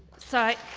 so